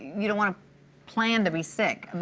you don't want to plan to be sick.